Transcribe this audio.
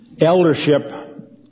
eldership